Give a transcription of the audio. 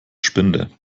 spinde